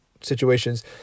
situations